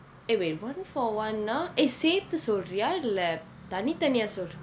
eh wait one for one நா:naa eh சேர்த்து சொல்றியா இல்லை தனி தனியா சொல்றியா:serthu solriyaa illai thani thaniyaa solriyaa